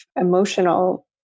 emotional